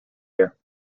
year